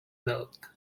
milk